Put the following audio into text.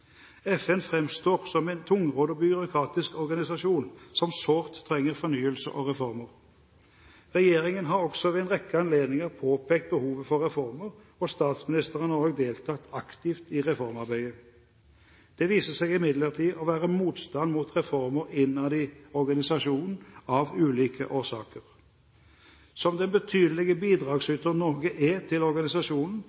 FN fremstår som en tungrodd og byråkratisk organisasjon som sårt trenger fornyelse og reformer. Regjeringen har også ved en rekke anledninger påpekt behovet for reformer, og statsministeren har også deltatt aktivt i reformarbeidet. Det viser seg imidlertid av ulike årsaker å være motstand mot reformer innad i organisasjonen. Som den betydelige